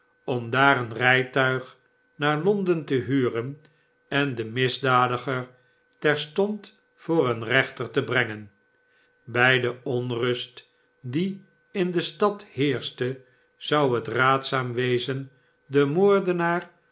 om daar een rijtuig naar londen te huren en den misdadiger terstond voor een rechter te brengen bij de onrust die in de stad heerschte zou het raadzaam wezen den moordenaar